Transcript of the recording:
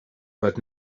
but